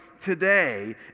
today